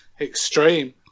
Extreme